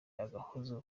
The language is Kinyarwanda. agahozo